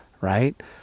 right